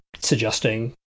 suggesting